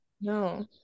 No